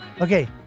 Okay